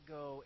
go